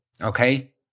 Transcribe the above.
Okay